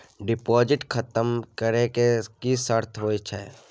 Deposit खतम करे के की सर्त होय छै?